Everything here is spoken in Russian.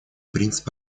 принцип